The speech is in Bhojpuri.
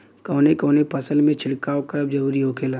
कवने कवने फसल में छिड़काव करब जरूरी होखेला?